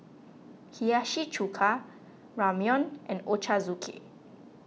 Hiyashi Chuka Ramyeon and Ochazuke